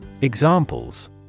Examples